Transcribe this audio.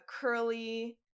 curly